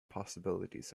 possibilities